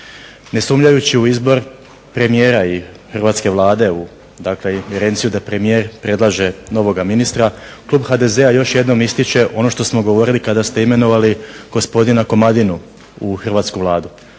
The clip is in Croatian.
Ne sumnjajući u izbor premijera i hrvatske Vlade dakle ingerenciju da premijer predlaže novoga ministra klub HDZ-a još jednom ističe ono što smo govorili kada ste imenovali gospodina Komadinu u hrvatsku Vladu.